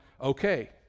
okay